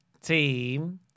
Team